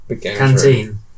Canteen